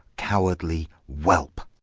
cowardly whelp.